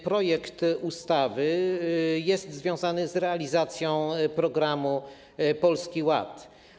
Projekt ustawy jest związany z realizacją programu Polski Ład.